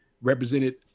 represented